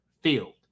field